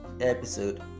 episode